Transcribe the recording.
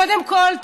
קודם כול,